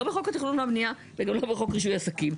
לא בחוק תכנון ובנייה ולא בחוק רישוי עסקים.